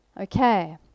Okay